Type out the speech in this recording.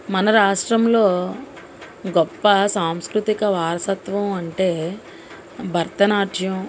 మన రాష్ట్రంలో గొప్ప సాంస్కృతిక వారసత్వం అంటే భరతనాట్యం